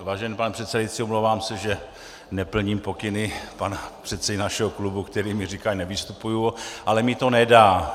Vážený pane předsedající, omlouvám se, že neplním pokyny pana předsedy našeho klubu, který mi říká, ať nevystupuji, ale mně to nedá.